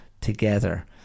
together